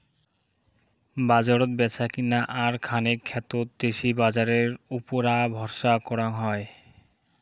বাজারত ব্যাচাকেনা আর খানেক ক্ষেত্রত দেশি বাজারের উপুরা ভরসা করাং হই